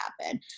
happen